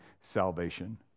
salvation